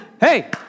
hey